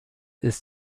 ist